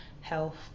health